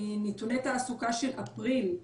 נתוני תעסוקה של אפריל 21',